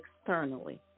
externally